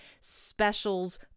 specials